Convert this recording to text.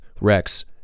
Rex